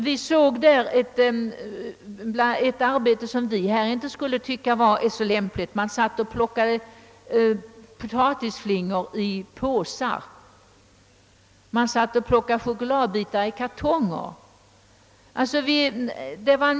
Vidare sysslade de med ett arbete som vi inte skulle finna så lämpligt: de satt och plockade potatis i påsar och chokladbitar i kartonger.